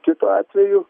kitu atveju